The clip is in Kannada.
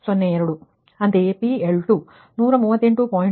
ಅಂತೆಯೇ P L3 138